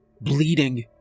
Bleeding